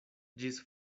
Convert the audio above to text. ĝis